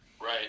Right